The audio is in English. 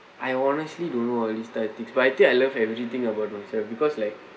I honestly don't know oh this type of thing but I think I love everything about myself because like